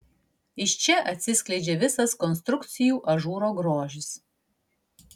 iš čia atsiskleidžia visas konstrukcijų ažūro grožis